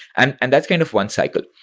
and and that's kind of one cycle.